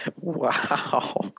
Wow